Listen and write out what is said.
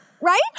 Right